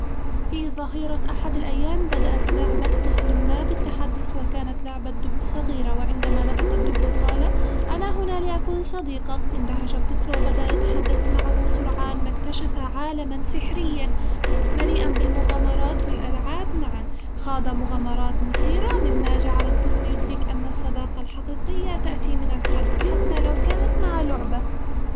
في ظهيرة أحد الأيام، بدأت لعبة طفل ما بالتحدث وكانت لعبة دب صغيرة وعندما نطق الدب قال أنا هنا لأكون صديقك اندهش الطفل وبدأ يتحدث معه سرعان ما اكتشف عالمًا سحريًا مليئًا بالمغامرات والألعاب معًا خاض مغامرات مثيرة، ممّا جعل الطفل يدرك أن الصداقة الحقيقية تأتي من القلب حتى لو كانت مع لعبة.